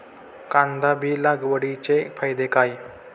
कांदा बी लागवडीचे फायदे काय?